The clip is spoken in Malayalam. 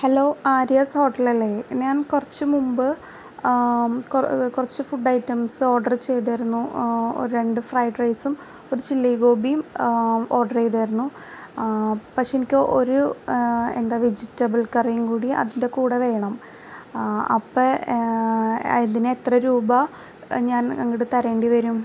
ഹലോ ആര്യാസ് ഹോട്ടലല്ലേ ഞാൻ കുറച്ച് മുമ്പ് കൊറ കുറച്ച് ഫുഡ് ഐറ്റംസ് ഓഡറ് ചെയ്തായിരുന്നു ഒര് രണ്ട് ഫ്രൈഡ് റൈസും ഒരു ചില്ലി ഗോപിയും ഓർഡറ് ചെയ്തായിരുന്നു പക്ഷേ എനിക്ക് ഒരു എന്താ വെജിറ്റബിൾ കറിയും കൂടി അതിൻ്റെ കൂടെ വേണം അപ്പം അതിന് എത്ര രൂപ ഞാൻ അങ്ങോട്ട് തരേണ്ടി വരും